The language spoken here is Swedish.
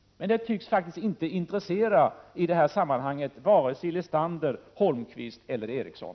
Men det tycks i detta sammanhang inte intressera vare sig Paul Lestander, Erik Holmkvist eller P-O Eriksson.